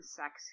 sex